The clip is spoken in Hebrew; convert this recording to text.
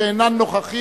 שאינה נוכחת,